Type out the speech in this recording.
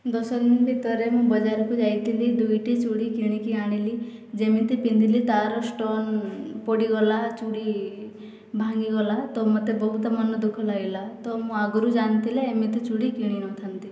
ଦଶ ଦିନ ଭିତରେ ମୁଁ ବଜାରକୁ ଯାଇଥିଲି ଦୁଇଟି ଚୁଡ଼ି କିଣିକି ଆଣିଲି ଯେମିତି ପିନ୍ଧିଲି ତାର ସ୍ଟୋନ୍ ପଡ଼ିଗଲା ଚୁଡ଼ି ଭାଙ୍ଗିଗଲା ତ ମୋତେ ବହୁତ ମନ ଦୁଃଖ ଲାଗିଲା ତ ମୁଁ ଆଗରୁ ଜାଣିଥିଲେ ଏମିତି ଚୁଡ଼ି କିଣି ନଥାନ୍ତି